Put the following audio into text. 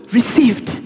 received